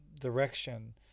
direction